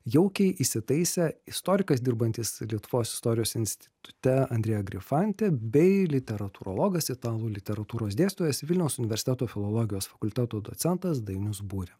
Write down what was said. jaukiai įsitaisę istorikas dirbantis lietuvos istorijos institute andreja grifante bei literatūrologas italų literatūros dėstytojas vilniaus universiteto filologijos fakulteto docentas dainius būrė